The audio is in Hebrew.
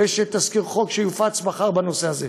ויש תזכיר חוק שיופץ מחר בנושא הזה.